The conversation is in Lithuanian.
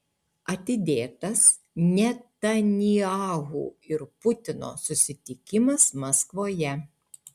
atidėtas netanyahu ir putino susitikimas maskvoje